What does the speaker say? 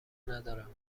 ندارم